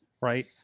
right